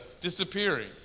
disappearing